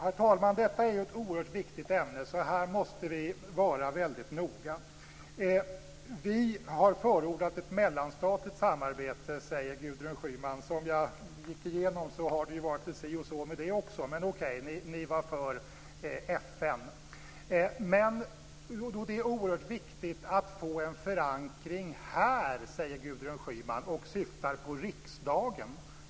Herr talman! Detta är ett oerhört viktigt ämne, så här måste vi vara väldigt noga. Vi har förordat ett mellanstatligt samarbete, säger Gudrun Schyman. Som jag gick igenom har det varit lite si och så med det också men, okej, ni var för FN. Det är oerhört viktigt att få en förankring här, säger Gudrun Schyman och syftar på riksdagen.